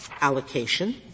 allocation